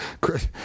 Chris